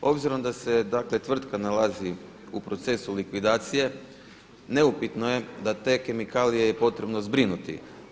Obzirom da se dakle tvrtka nalazi u procesu likvidacije neupitno je da je te kemikalije potrebno zbrinuti.